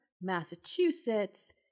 massachusetts